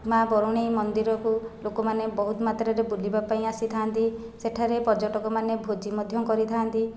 ମା' ବରୁଣେଇ ମନ୍ଦିରକୁ ଲୋକମାନେ ବହୁତ ମାତ୍ରାରେ ବୁଲିବା ପାଇଁ ଆସିଥାନ୍ତି ସେଠାରେ ପର୍ଯ୍ୟଟକମାନେ ଭୋଜି ମଧ୍ୟ କରିଥାନ୍ତି